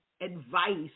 advice